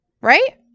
Right